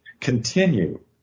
continue